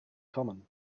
common